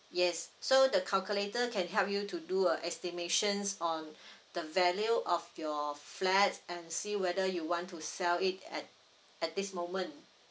yes so the calculator can help you to do a estimations on the value of your flat and see whether you want to sell it at at this moment